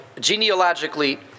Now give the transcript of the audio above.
genealogically